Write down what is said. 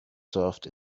served